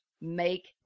make